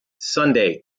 sunday